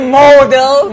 model